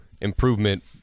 improvement